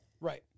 Right